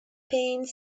paint